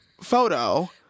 photo